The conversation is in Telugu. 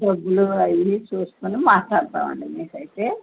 డబ్బులు అవి చూసుకొని మాట్లాడతామండి మీకు అయితే